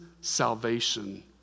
salvation